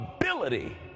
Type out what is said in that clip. ability